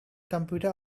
computer